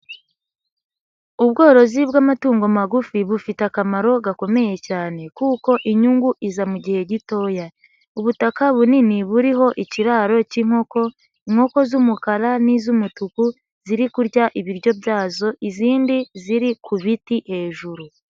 Ubworozi bw'amatungo magufi bufite akamaro gakomeye cyane, kuko inyungu iza mu gihe gitoya. Ubutaka bunini buriho ikiraro k'inkoko, inkoko z'umukara n'iz'umutuku ziri kurya ibiryo byazo izindi ziri ku biti hejuru.